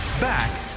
Back